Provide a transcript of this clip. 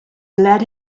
lead